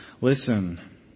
listen